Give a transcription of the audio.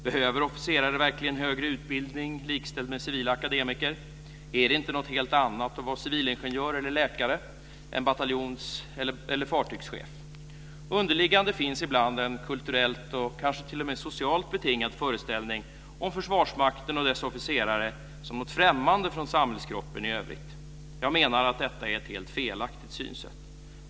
Behöver officerare verkligen högre utbildning likställd med civila akademiker? Är det inte något helt annat att vara civilingenjör eller läkare än bataljons eller fartygschef? Underliggande finns ibland en kulturellt och kanske t.o.m. socialt betingad föreställning om Försvarsmakten och dess officerare som något främmande från samhällskroppen i övrigt. Jag menar att detta är ett helt felaktigt synsätt.